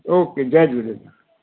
ओ के जय झूलेलाल